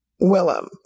Willem